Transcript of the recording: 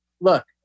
look